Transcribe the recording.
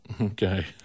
Okay